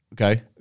Okay